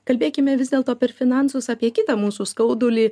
kalbėkime vis dėlto per finansus apie kitą mūsų skaudulį